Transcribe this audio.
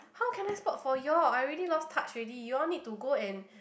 how can I spot for you all I already lost touch already you all need to go and